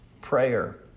prayer